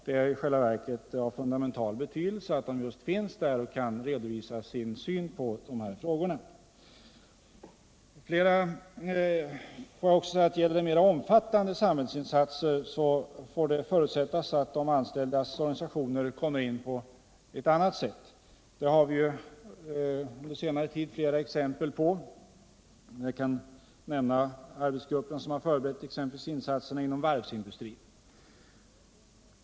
Det är i själva verket av fundamental betydelse att de finns representerade där och kan redovisa sin syn på dessa frågor. Gäller det mer omfattande samhällsinsatser får det förutsättas att de anställdas organisationer kommer in på annat sätt. Det har vi flera exempel på från senare tid. Jag kan här nämna den arbetsgrupp som förberett insatserna inom varvsområdet.